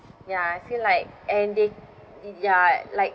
ya I feel like and they i~ ya like